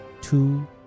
two